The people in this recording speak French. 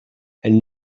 elles